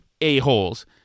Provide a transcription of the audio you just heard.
a-holes